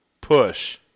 Push